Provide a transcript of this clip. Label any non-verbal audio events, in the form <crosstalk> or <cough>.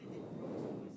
<breath>